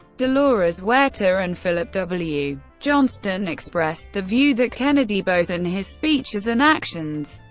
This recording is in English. dolores huerta and philip w. johnston expressed the view that kennedy, both in his speeches and actions,